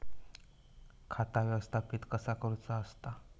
खाता व्यवस्थापित कसा करुचा असता?